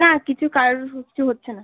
না কিছু কারোর কিচ্ছু হচ্ছে না